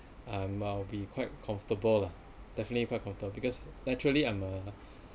um I'll be quite comfortable lah definitely quite comfortab~ because naturally I'm a